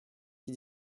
qui